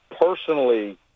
personally